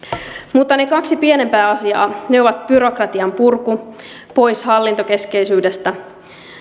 mutta ne kaksi pienempää asiaa ovat byrokratian purku ja pois hallintokeskeisyydestä